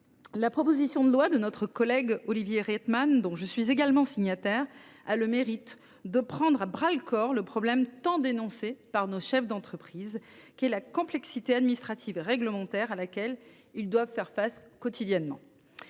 la proposition de loi de notre collègue Olivier Rietmann, dont je suis également signataire, a le mérite de prendre à bras le corps le problème tant dénoncé par nos chefs d’entreprise de la complexité administrative et réglementaire à laquelle ils doivent quotidiennement